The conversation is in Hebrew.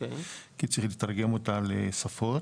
כי צריך לתרגם אותה לשפות.